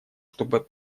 чтобы